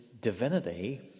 divinity